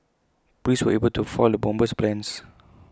Police were able to foil the bomber's plans